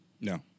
No